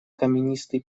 каменистый